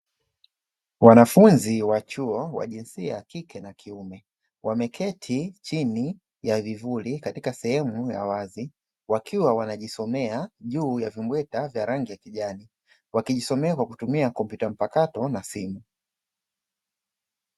Wanafunzi wa chuo, wajinsia ya kike na kiume, wakiwa wameketi chini ya vivuli katika sehemu ya wazi. Wakiwa wanajisomea juu ya vimbweta vya rangi ya kijani, wakijisomea kwa kutumia kompyuta mpakato na simu.